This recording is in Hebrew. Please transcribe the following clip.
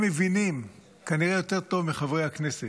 הם מבינים, כנראה יותר טוב מחברי הכנסת,